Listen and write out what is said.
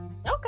Okay